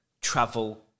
travel